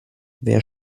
wer